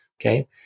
okay